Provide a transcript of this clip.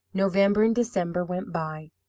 november and december went by,